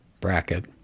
bracket